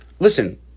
Listen